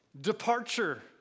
departure